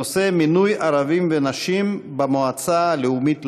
הנושא: מינוי ערבים ונשים למועצה הלאומית לספורט.